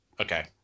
Okay